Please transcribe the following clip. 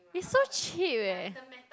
is so cheap eh